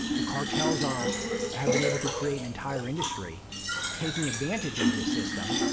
the cartels are have been able to create an entire industry taking advantage of this system,